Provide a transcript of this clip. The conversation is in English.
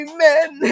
Amen